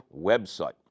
website